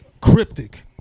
cryptic